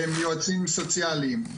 עובדים סוציאליים,